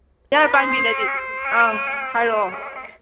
ꯒ꯭ꯌꯥꯔ ꯄꯥꯟꯕꯤꯗꯗꯤ ꯍꯥꯏꯔꯛꯑꯣ